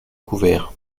couverts